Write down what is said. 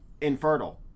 Infertile